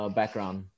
background